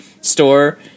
store